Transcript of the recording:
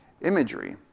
imagery